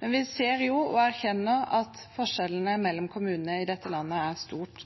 Men vi ser – og erkjenner – at forskjellene mellom kommunene i dette landet er stort.